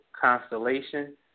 constellation